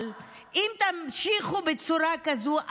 אבל אם תמשיכו בצורה כזו,